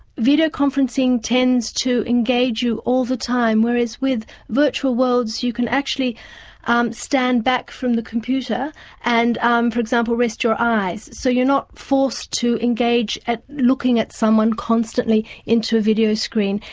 video-conferencing tends to engage you all the time, whereas with virtual worlds you can actually um stand back form the computer and um for example, rest your eyes. so you're not forced to engage at looking at someone constantly into a video screen.